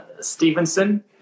Stevenson